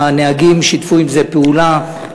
הנהגים שיתפו פעולה,